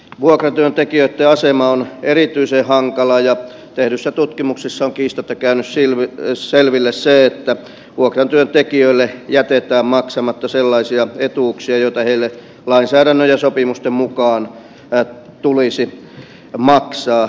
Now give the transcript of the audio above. vuokratyöntekijöitten asema on erityisen hankala ja tehdyissä tutkimuksissa on kiistatta käynyt selville se että vuokratyön tekijöille jätetään maksamatta sellaisia etuuksia joita heille lainsäädännön ja sopimusten mukaan tulisi maksaa